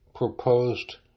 proposed